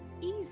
easy